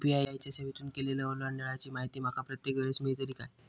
UPI च्या सेवेतून केलेल्या ओलांडाळीची माहिती माका प्रत्येक वेळेस मेलतळी काय?